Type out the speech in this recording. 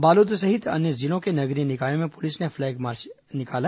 बालोद सहित अन्य जिलों के नगरीय निकायों में पुलिस ने फ्लैग मार्च निकाया